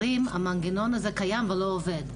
המנגנון הזה קיים אבל לא עובד,